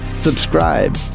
Subscribe